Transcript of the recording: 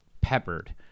peppered